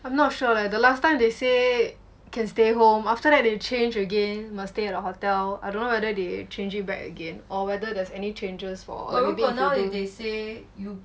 I'm not sure eh the last time they say can stay home after that they change again must stay at a hotel I don't know whether they change it back again or whether there's any changes for or maybe have to do